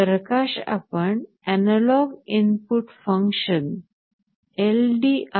प्रकाशात आपण analogue input function ldr